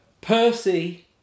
Percy